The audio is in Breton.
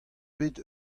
bet